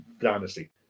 Dynasty